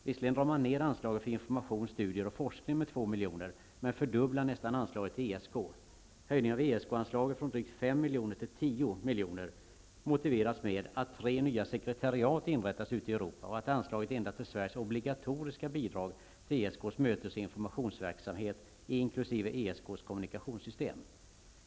Visserligen drar man ned anslaget för information, studier och forskning med 2 miljoner men fördubblar nästan anslaget till miljoner till 10 milj.kr. motiveras med att tre nya sekretariat inrättas ute i Europa och att anslaget endast är Sveriges obligatoriska bidrag till ESK:s mötes och informationsverksamhet inkl. ESK:s kommunikationssystem.